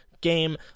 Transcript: game